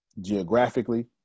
Geographically